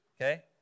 okay